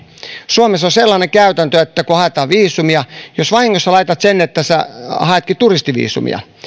suomessa on sellainen käytäntö kun haetaan viisumia että jos vahingossa laitat että haetkin turistiviisumia